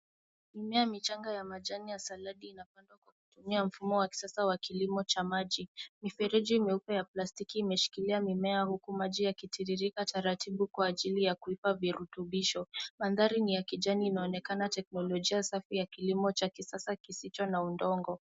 Mimea michanga ya majani ya saladi inapandwa kwa kutumia mfumo wa kisasa wa kilimo cha maji. Mifereji meupe ya plastiki imeshikilia mimea huku maji yakitiririka taratibu kwa ajili ya kuipa virutubisho. Mandhari ni ya kijani inaonekana teknolojia safi ya kilimo cha kisasa kisicho na udongo.